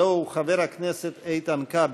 חבר הכנסת איתן כבל.